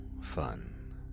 fun